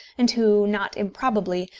and who, not improbably,